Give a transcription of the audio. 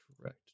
correct